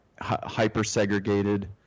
hyper-segregated